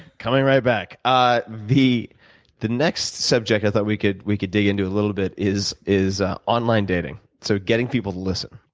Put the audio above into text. coming right back. the the next subject i thought we could we could dig into a little bit is is online dating, so getting people to listen.